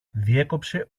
διέκοψε